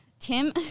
Tim